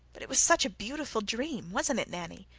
but it was such a beautiful dream wasn't it, nanny?